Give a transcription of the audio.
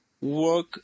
work